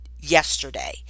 yesterday